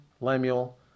Lemuel